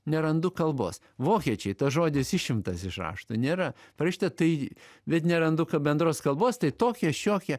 nerandu kalbos vokiečiai tas žodis išimtas iš rašto nėra parašyta tai bet nerandu bendros kalbos tai tokie šiokie